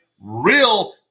real